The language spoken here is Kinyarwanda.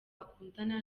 akundana